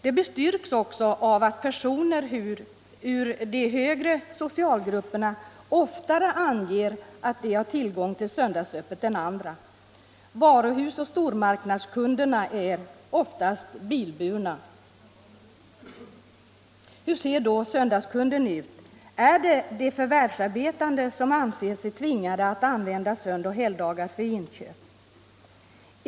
Det bestyrks också av att personer ur de högre socialgrupperna oftare anger att de har tillgång till söndagsöppet än andra. Varuhusoch stormarknadskunderna är oftast bilburna. Hur ser då söndagskunden ut? Är det de förvärvsarbetande som anser sig tvingade att använda sönoch helgdagar för inköp?